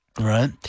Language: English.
right